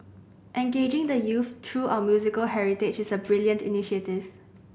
engaging the youth through our musical heritage is a brilliant initiative